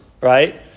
Right